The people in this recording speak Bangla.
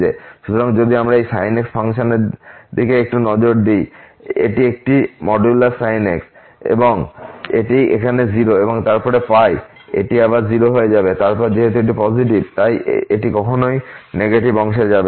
সুতরাং যদি আমরা এই sin x ফাংশন এর দিকে একটু নজর দেই এটি একটি মডুলাস sin x তাই এটি এখানে 0 এবং তারপরে এটি আবার 0 হয়ে যাবে এবং তারপর যেহেতু এটি পজিটিভ তাই এটি কখনই নেগেটিভ অংশে যাবে না